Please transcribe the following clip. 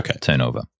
turnover